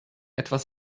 etwas